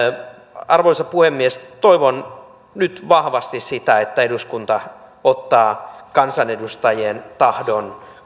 arvoisa puhemies toivon nyt vahvasti sitä että eduskunta ottaa kansanedustajien tahdon